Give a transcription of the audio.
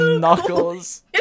Knuckles